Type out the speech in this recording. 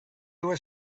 was